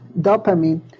dopamine